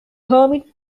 hermit